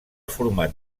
format